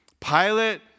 Pilate